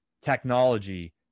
technology